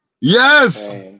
Yes